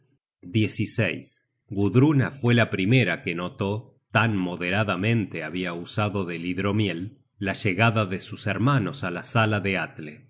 gudruna fue la primera que notó tan moderadamente habia usado del hidromiel la llegada de sus hermanos á la sala de atle